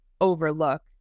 overlook